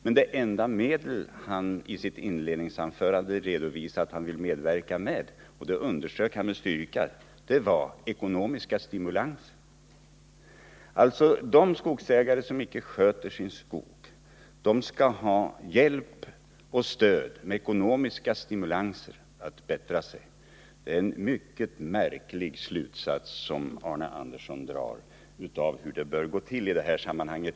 Men det enda medel som han i sitt inledningsanförande redovisade att han ville begagna — det underströk han med styrka — är ekonomiska stimulanser. De skogsägare som inte sköter sin skog skall alltså ha hjälp och stöd genom ekonomiska stimulanser för att bättra sig. Det är en mycket märklig slutsats som Arne Andersson drar av hur det bör gå till i detta sammanhang.